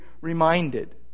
reminded